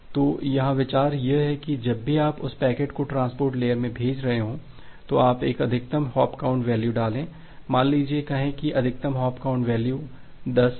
तो यहाँ विचार यह है कि जब भी आप उस पैकेट को ट्रांसपोर्ट लेयर में भेज रहे हों तो आप एक अधिकतम हॉप काउंट वैल्यू डालें मान लीजिये कहें कि अधिकतम हॉप काउंट वैल्यू 10 है